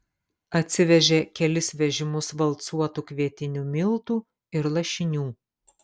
atsivežė kelis vežimus valcuotų kvietinių miltų ir lašinių